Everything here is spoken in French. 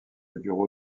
bureau